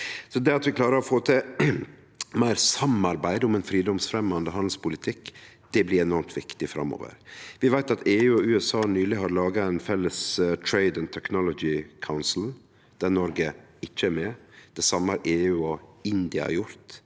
skapar. At vi klarar å få til meir samarbeid om ein fridomsfremjande handelspolitikk, blir enormt viktig framover. Vi veit at EU og USA nyleg har laga eit felles Trade and Technology Council, der Norge ikkje er med. Det same har EU og India gjort,